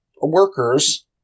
workers